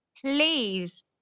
please